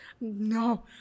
no